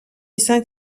cinq